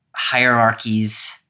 hierarchies